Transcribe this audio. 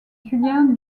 julien